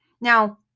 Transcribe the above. Now